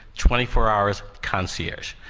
twenty four hours concierge.